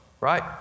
right